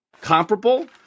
comparable